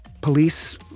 police